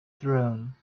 throne